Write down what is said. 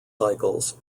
cycles